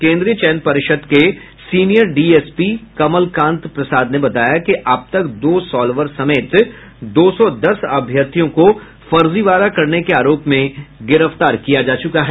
केंद्रीय चयन पर्षद के सीनियर डीएसपी कमलकांत प्रसाद ने बताया कि अब तक दो सॉल्वर समेत दो सौ दस अभ्यर्थियों को फर्जीवाड़ा करने के आरोप में गिरफ्तार किया जा चुका है